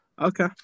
Okay